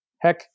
heck